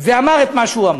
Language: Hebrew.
ואמר את מה שהוא אמר.